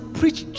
preach